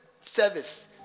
service